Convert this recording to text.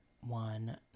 one